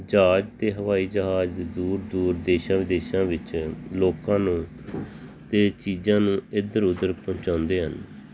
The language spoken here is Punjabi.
ਜਹਾਜ਼ ਅਤੇ ਹਵਾਈ ਜਹਾਜ਼ ਦੇ ਦੂਰ ਦੂਰ ਦੇਸ਼ਾਂ ਵਿਦੇਸ਼ਾਂ ਵਿੱਚ ਲੋਕਾਂ ਨੂੰ ਅਤੇ ਚੀਜ਼ਾਂ ਨੂੰ ਇੱਧਰ ਉੱਧਰ ਪਹੁੰਚਾਉਂਦੇ ਹਨ